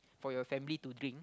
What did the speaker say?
for your family to drink